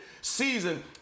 season